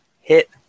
hit